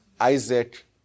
Isaac